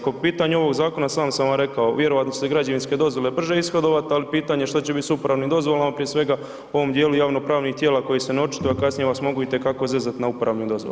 Po pitanju ovog zakona sam sam vam rekao, vjerojatno će se građevinske dozvole brže ishodovat, ali pitanje što će biti s upravnim dozvolama prije svega u ovom dijelu javnopravnih tijela koji se ne očituju, a kasnije vas mogu i te kako zezat na uporabnim dozvolama.